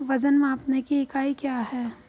वजन मापने की इकाई क्या है?